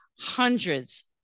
hundreds